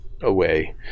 away